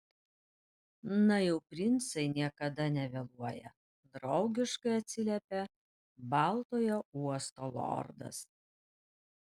na jau princai niekada nevėluoja draugiškai atsiliepė baltojo uosto lordas